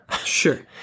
sure